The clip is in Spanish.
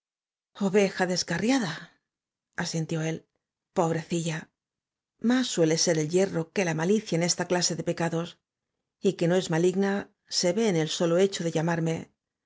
oveja descarriada asintió é l p o brecilla más suele ser el yerro que la malicia en esta clase de pecados y que no es maligna se ve en el solo hecho de llamarme